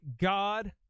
god